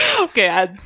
Okay